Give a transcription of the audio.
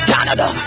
Canada